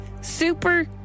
super